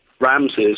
Ramses